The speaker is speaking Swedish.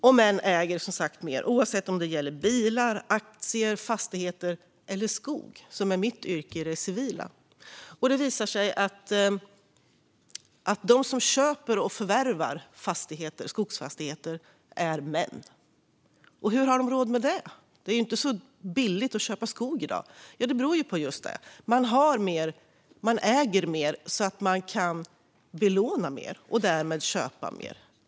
Som sagt äger män också mer, oavsett om det gäller bilar, aktier eller fastigheter - eller skog, som är mitt yrke i det civila. Det visar sig att de som förvärvar skogsfastigheter är män. Hur har de då råd med det? Det är inte billigt att köpa skog i dag. Jo, det beror på just detta: Män äger mer, och därmed kan de belåna mer och på så sätt köpa mer.